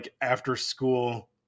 after-school